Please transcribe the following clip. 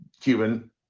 Cuban